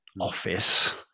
Office